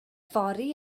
fory